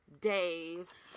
days